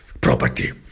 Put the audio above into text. property